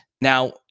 Now